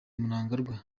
mnangagwa